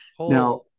Now